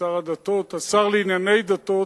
השר לענייני דתות,